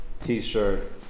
t-shirt